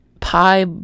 pie